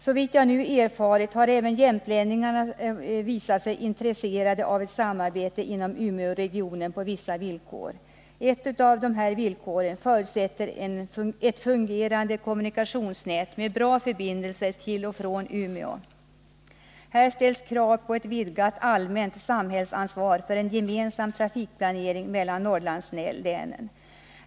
Såvitt jag nu har erfarit har även jämtlänningarna visat sig intresserade av ett samarbete inom Umeåregionen på vissa villkor. Ett av de villkoren förutsätter ett fungerande kommunikationsnät med bra förbindelser till och från Umeå. Här ställs krav på ett vidgat allmänt samhällsansvar för en gemensam trafikplanering för Norrlandslänen.